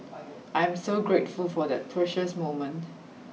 I am so grateful for that precious moment